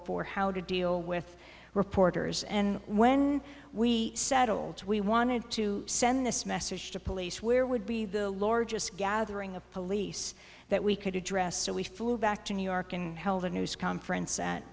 for how to deal with reporters and when we settled we wanted to send this message to police where would be the largest gathering of police that we could address so we flew back to new york and held a news conference at